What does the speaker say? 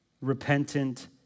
repentant